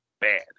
bad